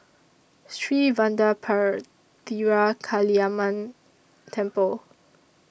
Sri Vadapathira Kaliamman Temple